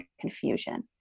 confusion